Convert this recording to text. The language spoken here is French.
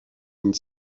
une